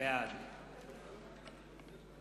בעד